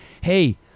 hey